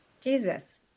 Jesus